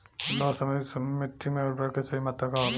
लौह समृद्ध मिट्टी में उर्वरक के सही मात्रा का होला?